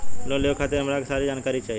Loan लेवे खातीर हमरा के सारी जानकारी चाही?